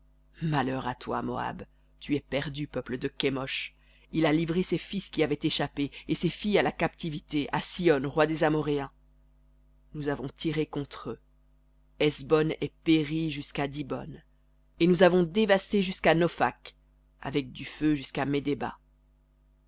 malheur à toi moab tu es perdu peuple de kemosh il a livré ses fils qui avaient échappé et ses filles à la captivité à sihon roi des amoréens nous avons tiré contre eux hesbon est périe jusqu'à dibon et nous avons dévasté jusqu'à nophakh avec du feu jusqu'à